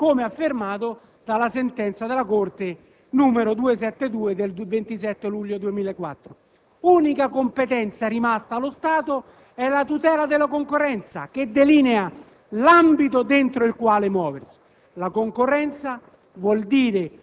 all'*ex* articolo 117, come affermato dalla sentenza della Corte n. 272 del 27 luglio 2004. Unica competenza rimasta allo Stato è la tutela della concorrenza, che delinea l'ambito entro il quale muoversi.